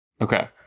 Okay